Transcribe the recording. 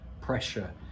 pressure